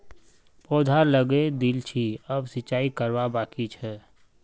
पौधा लगइ दिल छि अब सिंचाई करवा बाकी छ